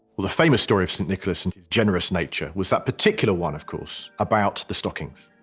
well the famous story of saint nicholas and his generous nature was that particular one of course, about the stockings.